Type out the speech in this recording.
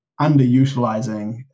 underutilizing